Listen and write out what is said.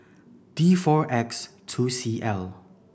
D four X two C L